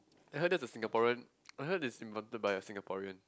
I heard that's a Singaporean I heard it's invented by a Singaporean